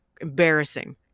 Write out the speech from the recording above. embarrassing